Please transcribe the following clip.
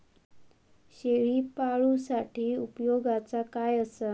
शेळीपाळूसाठी उपयोगाचा काय असा?